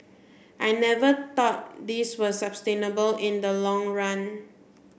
I never thought this was sustainable in the long run